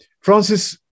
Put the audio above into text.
Francis